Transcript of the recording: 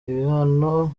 ibihano